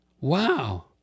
Wow